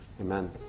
Amen